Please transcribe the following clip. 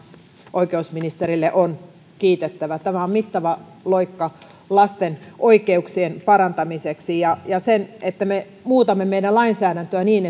oikeusministerille on kiitettävä tämä on mittava loikka lasten oikeuksien parantamiseksi ja ja sen että me muutamme meidän lainsäädäntöä niin